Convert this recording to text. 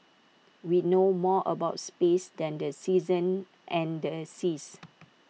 we know more about space than the seasons and the seas